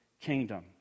Kingdom